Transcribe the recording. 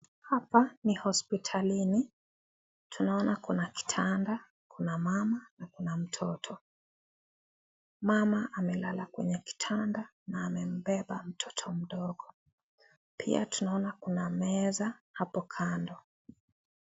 Hapa ni hospitalini. Tunaona kuna kitanda, kuna mama na kuna mtoto. Mama amelala kwenye kitanda na amembeba mtoto mdogo. Pia tunaona kuna meza hapo kando.